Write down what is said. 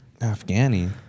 Afghani